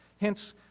hence